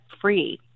free